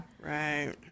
right